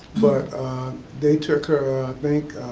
but they took her i think